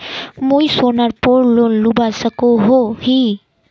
मुई सोनार पोर लोन लुबा सकोहो ही?